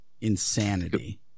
insanity